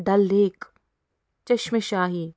Dal lake Chashma Shahi